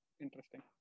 Interesting